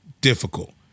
difficult